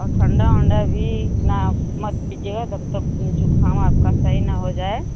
और ठंडा वंडा भी न मत पीजियेगा तब तक ज़ुकाम आपका सही न हो जाये